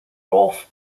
rolf